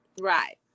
Right